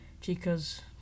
chica's